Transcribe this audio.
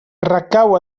recau